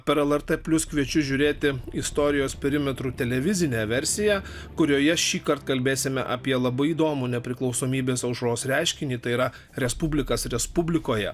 per lrt plius kviečiu žiūrėti istorijos perimetrų televizinę versiją kurioje šįkart kalbėsime apie labai įdomų nepriklausomybės aušros reiškinį tai yra respublikas respublikoje